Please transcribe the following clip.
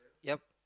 yup